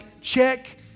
check